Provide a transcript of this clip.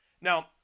Now